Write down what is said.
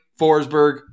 Forsberg